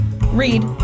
read